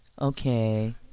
okay